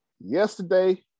Yesterday